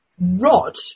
rot